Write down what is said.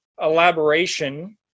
elaboration